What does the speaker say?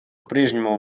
прежнему